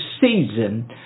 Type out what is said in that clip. season